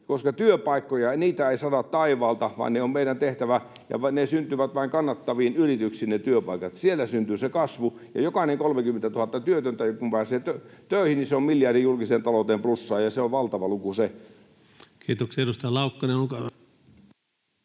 koska työpaikkoja ei sada taivaalta, vaan ne on meidän tehtävä, ja ne työpaikat syntyvät vain kannattaviin yrityksiin. Siellä syntyy se kasvu. Ja jokainen 30 000 työtöntä kun pääsee töihin, niin se on julkiseen talouteen miljardi plussaa, ja se on valtava luku se. [Speech 131] Speaker: